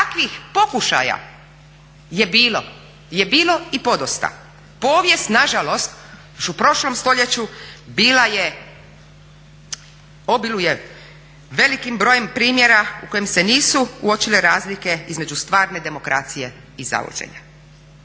takvih pokušaja je bilo i podosta. Povijest nažalost još u prošlom stoljeću bila je, obiluje velikim brojem primjera u kojem se nisu uočile razlike između stvarne demokracije i zaluđenja.